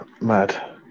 mad